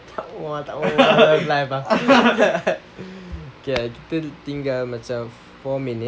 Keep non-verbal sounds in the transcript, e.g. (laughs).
!wah! takde love life lah (laughs) okay tinggal macam four minutes